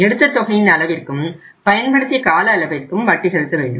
எடுத்த தொகையின் அளவிற்கும் பயன்படுத்திய கால அளவிற்கும் வட்டி செலுத்த வேண்டும்